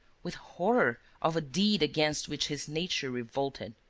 with horror of a deed against which his nature revolted.